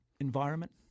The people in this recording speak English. environment